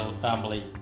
family